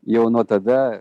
jau nuo tada